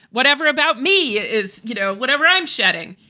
whatever about me is, you know, whatever i'm shedding.